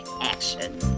action